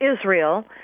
Israel